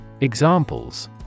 Examples